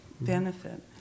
benefit